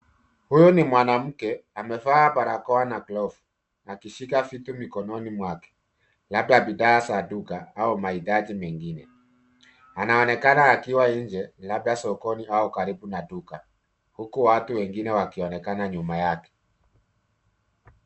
Huyu ni mwanamke amevaa barakoa na glavu akishika vitu mikononi mwake labda bidhaa za duka au mahitaji mengine. Anaonekana akiwa nje labda sokoni au karibu na duka huku watu wengine wakionekana nyuma yake.